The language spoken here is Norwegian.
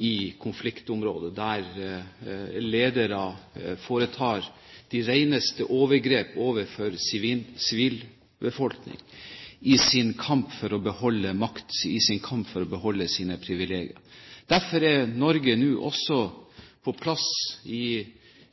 i konfliktområder der ledere foretar de reneste overgrep overfor sivilbefolkningen i sin kamp for å beholde makten, i sin makt for å beholde sine privilegier. Derfor er Norge nå også